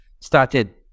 started